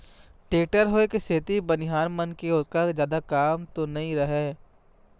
tractor होय के सेती बनिहार मन के ओतका जादा काम तो नइ रहय